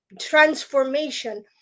transformation